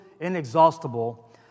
inexhaustible